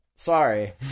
Sorry